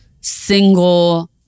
single